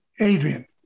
Adrian